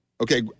Okay